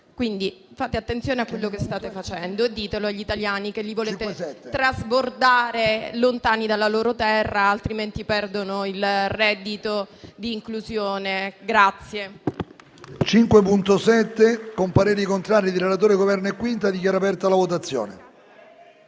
dunque attenzione a quello che state facendo e dite agli italiani che volete trasbordarli lontani dalla loro terra, altrimenti perdono il reddito di inclusione.